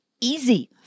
easy